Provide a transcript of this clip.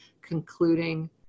concluding